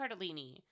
Cardellini